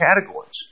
categories